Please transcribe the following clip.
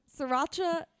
sriracha